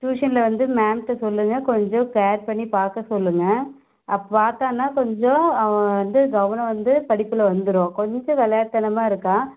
ட்யூஷனில் வந்து மேம்கிட்ட சொல்லுங்கள் கொஞ்சம் கேர் பண்ணி பார்க்க சொல்லுங்கள் அப்போ பார்த்தான்னா கொஞ்சம் அவன் வந்து கவனம் வந்து படிப்பில் வந்துரும் கொஞ்சம் விளையாட்டு தனமாக இருக்கான்